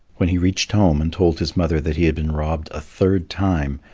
when he reached home and told his mother that he had been robbed a third time,